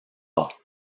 pas